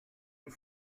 une